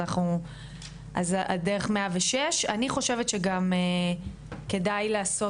אז דרך 106. אני חושבת שגם כדאי לעשות,